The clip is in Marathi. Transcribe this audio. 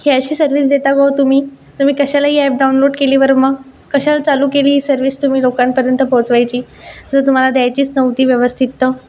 ही अशी सर्व्हिस देता का हो तुम्ही तूम्ही कशाला ही ॲप डाऊनलोड केली बर मग कशाला चालू केली ही सर्व्हिस तुम्ही लोकांपर्यंत पोहोचायची तर तुम्हाला द्यायचीच नव्हती व्यवस्थित तर